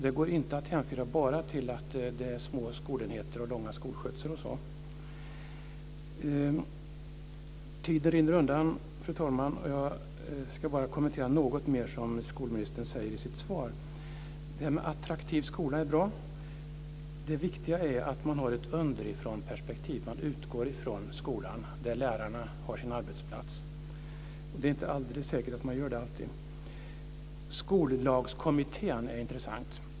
Det går inte att hänföra bara till att det är små skolenheter och långa skolskjutsar. Tiden rinner i väg, och jag ska bara kommentera något mer som skolministern säger i sitt svar. Det här med attraktiv skola är bra. Det viktiga är att man har ett underifrånperspektiv, man utgår från skolan där lärarna har sin arbetsplats. Det är inte alldeles säkert att man alltid gör det. Skollagskommittén är intressant.